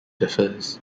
differs